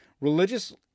Religious